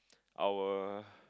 I will